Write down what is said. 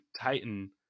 titan